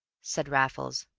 said raffles.